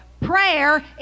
Prayer